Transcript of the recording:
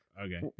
Okay